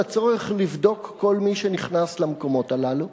לצורך לבדוק כל מי שנכנס למקומות הללו.